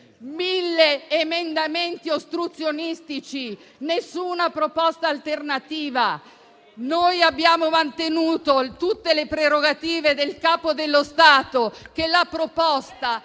1.000 emendamenti ostruzionistici, senza alcuna proposta alternativa. Noi abbiamo mantenuto tutte le prerogative del Capo dello Stato. Per quanto